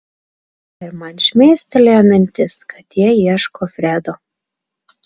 ir man šmėstelėjo mintis kad jie ieško fredo